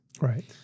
Right